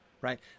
right